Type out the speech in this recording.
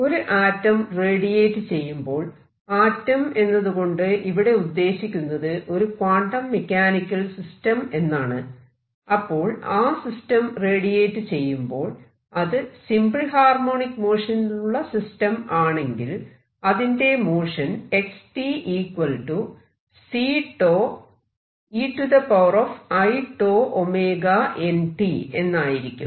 ഒരു atom radiate ചെയ്യുമ്പോൾ atom എന്നതുകൊണ്ട് ഇവിടെ ഉദ്ദേശിക്കുന്നത് ഒരു ക്വാണ്ടം മെക്കാനിക്കൽ സിസ്റ്റം എന്നാണ് അപ്പോൾ ആ സിസ്റ്റം റേഡിയേറ്റ് ചെയ്യുമ്പോൾ അത് സിമ്പിൾ ഹാർമോണിക് മോഷനിലുള്ള സിസ്റ്റം ആണെങ്കിൽ അതിന്റെ മോഷൻ എന്നായിരിക്കും